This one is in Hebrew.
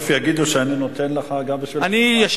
בסוף יגידו שאני נותן לך גם בשל ישבתי